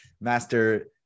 master